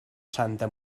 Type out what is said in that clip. santa